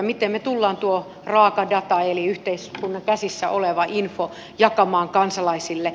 miten me tulemme tuon raakadatan eli yhteiskunnan käsissä olevan infon jakamaan kansalaisille